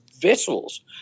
vessels